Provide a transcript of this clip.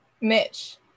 Mitch